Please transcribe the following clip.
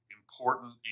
important